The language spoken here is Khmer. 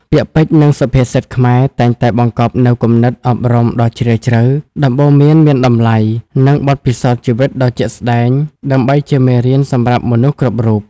ពាក្យពេចន៍ និងសុភាសិតខ្មែរតែងតែបង្កប់នូវគំនិតអប់រំដ៏ជ្រាលជ្រៅ ដំបូន្មានមានតម្លៃ និងបទពិសោធន៍ជីវិតដ៏ជាក់ស្ដែង ដើម្បីជាមេរៀនសម្រាប់មនុស្សគ្រប់រូប។